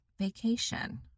vacation